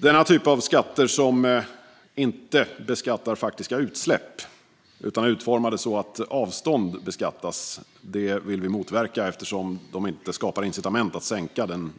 Denna typ av skatter som inte beskattar faktiska utsläpp utan är utformade så att avstånd beskattas vill vi motverka eftersom de inte skapar incitament att sänka de